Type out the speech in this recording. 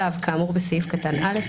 הודעה צו כאמור בסעיף קטן (א),